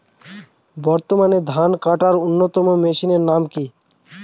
বর্তমানে ধান কাটার অন্যতম মেশিনের নাম কি?